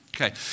Okay